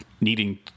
needing